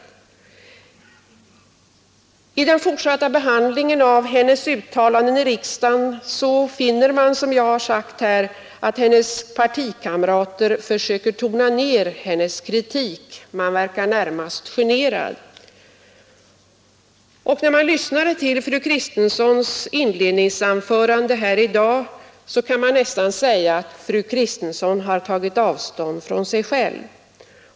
Vid den fortsatta behandlingen här i riksdagen av fru Kristenssons uttalanden finner man, som jag har sagt, att hennes partikamrater försöker tona ner hennes kritik. De verkar närmast generade. Och av fru Kristenssons inledningsanförande i dag framgick att hon nästan tagit avstånd från sig själv.